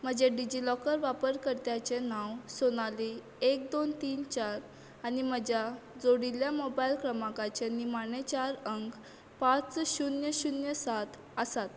म्हजें DigiLocker वापरकर्त्याचें नांव सोनाली एक दोन तीन चार आनी म्हज्या जोडिल्ल्या मोबायल क्रमांकाचे निमाणे चार अंक पांच शुन्य शुन्य सात आसात